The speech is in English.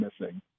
missing